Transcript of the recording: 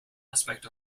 aspect